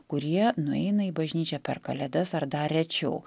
kurie nueina į bažnyčią per kalėdas ar dar rečiau